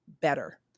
better